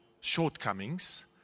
shortcomings